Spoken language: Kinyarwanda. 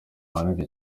bandika